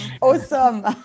Awesome